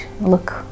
look